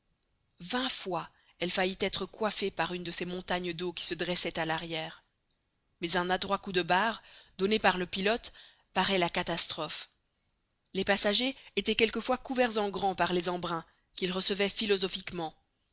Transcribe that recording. vingt fois elle faillit être coiffée par une de ces montagnes d'eau qui se dressaient à l'arrière mais un adroit coup de barre donné par le pilote parait la catastrophe les passagers étaient quelquefois couverts en grand par les embruns qu'ils recevaient philosophiquement